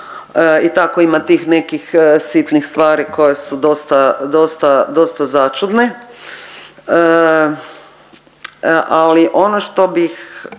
i tako ima tih nekih sitnih stvari koje su dosta, dosta, dosta začudne, ali ono što bih